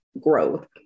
growth